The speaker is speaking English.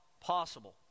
possible